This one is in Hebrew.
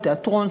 תיאטרון,